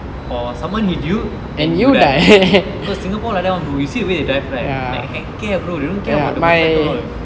or someone hit you and you die because singapore like that [one] bro you see the way they drive right like heck care bro they don't care about the motorcycle at all